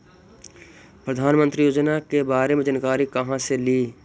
प्रधानमंत्री योजना के बारे मे जानकारी काहे से ली?